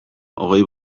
hogei